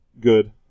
good